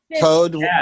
Code